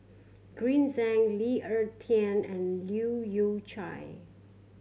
Green Zeng Lee Ek Tieng and Leu Yew Chye